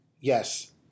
Yes